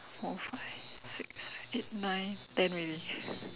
four five six eight nine ten already